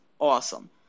awesome